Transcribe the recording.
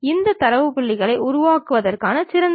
இந்த தரவு புள்ளிகளை உருவாக்குவதற்கான சிறந்த வழி எது